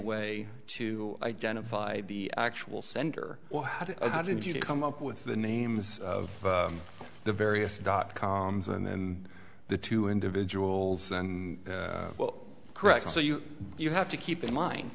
way to identify the actual sender well how did how did you to come up with the names of the various dot com and the two individuals and well correct so you you have to keep in mind